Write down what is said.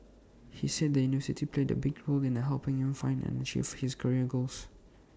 he said the university played A big role in helping him find and achieve his career goals